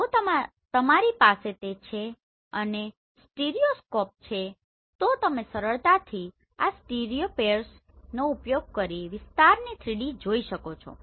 જો તમારી પાસે તે છે અને સ્ટીરિયોસ્કોપ છે તો તમે સરળતાથી આ સ્ટીરિયોપેર્સનો ઉપયોગ કરીને તે વિસ્તારની 3D જોઈ શકો છો